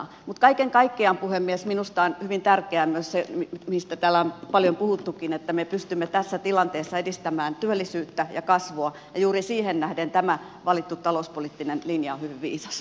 mutta kaiken kaikkiaan puhemies minusta on hyvin tärkeää myös se mistä täällä on paljon puhuttukin että me pystymme tässä tilanteessa edistämään työllisyyttä ja kasvua ja juuri siihen nähden tämä valittu talouspoliittinen linja on hyvin viisas